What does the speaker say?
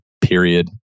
Period